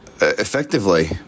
effectively